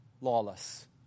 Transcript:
lawless